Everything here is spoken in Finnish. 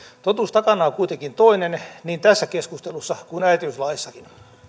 totuus takana on kuitenkin toinen niin tässä keskustelussa kuin äitiyslaissakin